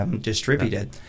distributed